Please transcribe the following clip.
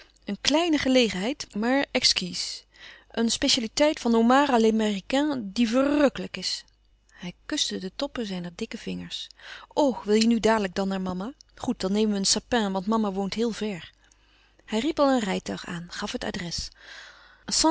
voorbij gaan heid maar exquis een specialiteit van homard à l'américaine die verrukkelijk is hij kuste de toppen zijner dikke vingers o wil je nu dadelijk dan naar mama goed dan nemen we een sapin want mama woont heel ver hij riep al een rijtuig aan gaf het adres